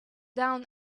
down